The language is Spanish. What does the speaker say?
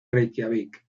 reikiavik